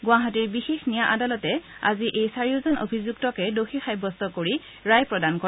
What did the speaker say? গুৱাহাটীৰ বিশেষ নিয়া আদালতে আজি এই চাৰিওজন অভিযুক্তকে দোষী সাব্যস্ত কৰি ৰায় প্ৰদান কৰে